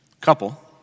couple